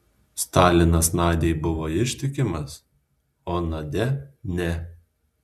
stalinas nadiai buvo ištikimas o nadia ne